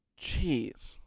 jeez